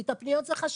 כי את הפניות זה חשוב.